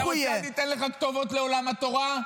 אתה רוצה שאני אתן לך כתובות לעולם התורה?